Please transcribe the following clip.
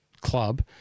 club